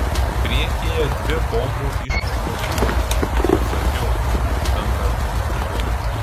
priekyje dvi bombų išmuštos duobės atsargiau štandartenfiureri